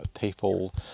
people